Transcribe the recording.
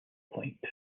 point